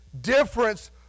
difference